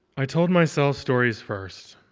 i told myself stories first.